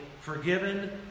forgiven